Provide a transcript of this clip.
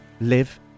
live